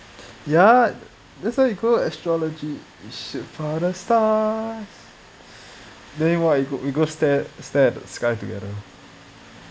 ya that's why you go astrology you shoot for the stars tell you what we we go stare stare at the sky together